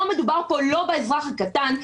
לא מדובר פה לא באזרח הקטן,